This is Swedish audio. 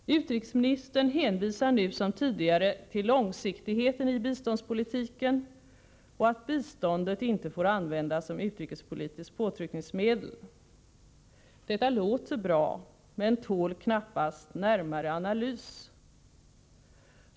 Utrikesministern hänvisar nu som tidigare till långsiktigheten i biståndspolitiken och till att biståndet inte får användas som utrikespolitiskt påtryckningsmedel. Detta låter bra men tål knappast närmare analys.